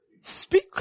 speak